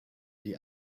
die